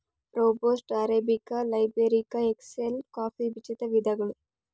robusta, arabica, liberica, excelsa coffee ಬೀಜದ ವಿಧಗಳು